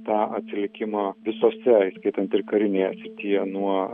tą atsilikimą visose įskaitant ir karinėje srityje nuo